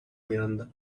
miranda